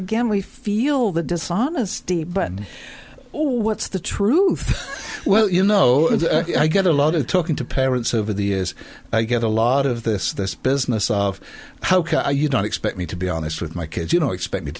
again we feel the dishonesty button or what's the truth well you know i get a lot of talking to parents over the years i get a lot of this this business of ok you don't expect me to be honest with my kids you know expect me to